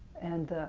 and